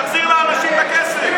תחזיר לאנשים את הכסף.